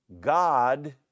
God